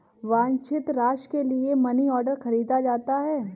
वांछित राशि के लिए मनीऑर्डर खरीदा जाता है